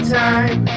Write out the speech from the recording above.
time